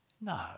No